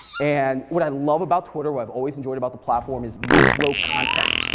and what i love about twitter, what i've always enjoyed about the platform is micro-content,